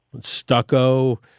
Stucco